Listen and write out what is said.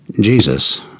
Jesus